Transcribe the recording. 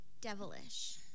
devilish